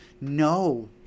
No